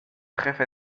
jefe